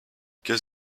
qu’est